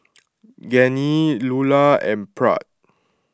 Genie Lula and Pratt